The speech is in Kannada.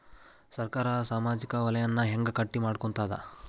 ಸರ್ಕಾರಾ ಸಾಮಾಜಿಕ ವಲಯನ್ನ ಹೆಂಗ್ ಗಟ್ಟಿ ಮಾಡ್ಕೋತದ?